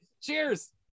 cheers